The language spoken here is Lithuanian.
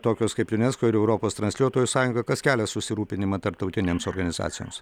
tokios kaip junesko ir europos transliuotojų sąjunga kas kelia susirūpinimą tarptautinėms organizacijoms